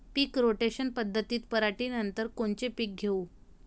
पीक rotation पद्धतीत पराटीनंतर कोनचे पीक घेऊ?